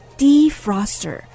defroster